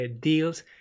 deals